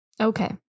Okay